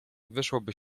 wyszłoby